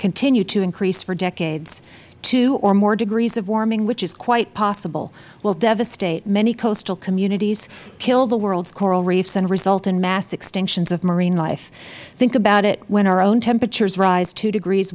continue to increase for decades two or more degrees of warming which is quite possible will devastate many coastal communities kill the world's coral reefs and result in mass extinctions of marine life think about it when our own temperatures rise two degrees